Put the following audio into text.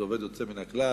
זה עובד יוצא מן הכלל,